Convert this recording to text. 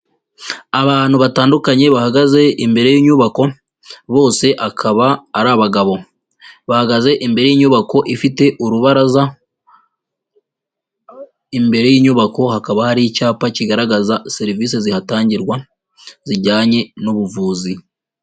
Abantu batandukanye bahagaze imbere y'inyubako, bose akaba ari abagabo. Bahagaze imbere y'inyubako ifite urubaraza, imbere y'inyubako hakaba hari icyapa kigaragaza serivisi zihatangirwa zijyanye n'ubuvuzi.